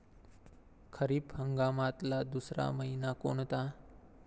खरीप हंगामातला दुसरा मइना कोनता?